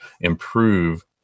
improve